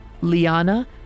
Liana